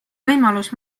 võimalus